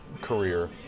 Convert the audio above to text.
career